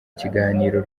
ikiganiro